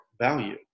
value